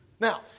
Now